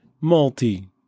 multi